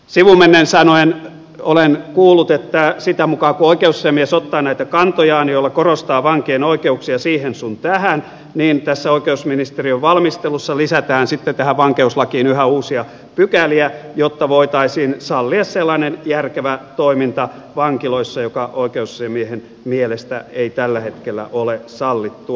sivumennen sanoen olen kuullut että sitä mukaa kuin oikeusasiamies ottaa näitä kantojaan joilla korostaa vankien oikeuksia siihen sun tähän tässä oikeusministeriön valmistelussa lisätään sitten tähän vankeuslakiin yhä uusia pykäliä jotta voitaisiin sallia sellainen järkevä toiminta vankiloissa joka oikeusasiamiehen mielestä ei tällä hetkellä ole sallittua